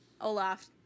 Olaf